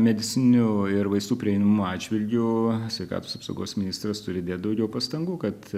medicininių ir vaistų prieinamumo atžvilgiu sveikatos apsaugos ministras turi dėt daugiau pastangų kad